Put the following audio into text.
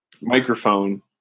microphone